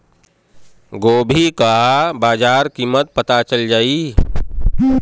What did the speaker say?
गोभी का बाजार कीमत पता चल जाई?